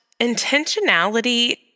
intentionality